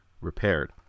repaired